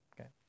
Okay